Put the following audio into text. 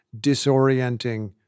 disorienting